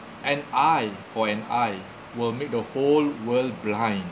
an eye for an eye will make the whole world blind